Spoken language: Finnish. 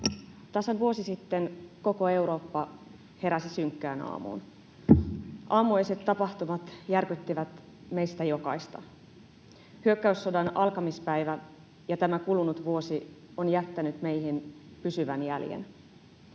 Tasan vuosi sitten koko Eurooppa heräsi synkkään aamuun. Aamuöiset tapahtumat järkyttivät meistä jokaista. Hyökkäyssodan alkamispäivä ja tämä kulunut vuosi on jättänyt meihin pysyvän jäljen.